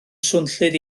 swnllyd